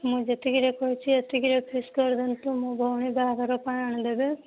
ମୁଁ ଯେତିକିରେ କହୁଛି ସେତିକିରେ ଫିକ୍ସ୍ କରିଦିଅନ୍ତୁ ମୋ ଭଉଣୀ ବାହାଘର ପାଇଁ ଆଣିଦେବେ